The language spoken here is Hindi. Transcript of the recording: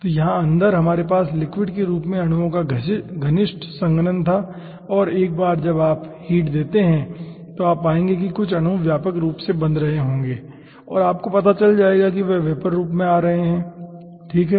तो यहाँ अंदर हमारे पास लिक्विड के रूप में अणुओं का घनिष्ठ संघनन था और एक बार जब आप हीट देते हैं तो आप पाएंगे कि कुछ अणु व्यापक रूप से बंध हो रहे होंगे और आपको पता चल जाएगा कि वे वेपर रूप में आ रहे हैं ठीक है